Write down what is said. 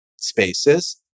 spaces